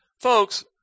folks